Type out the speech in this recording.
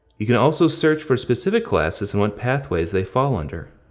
you can also search for specific classes and what pathways they fall under.